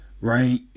right